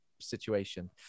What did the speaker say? situation